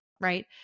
right